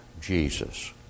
Jesus